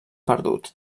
perdut